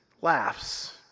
laughs